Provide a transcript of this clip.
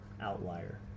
outlier